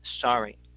sorry